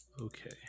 okay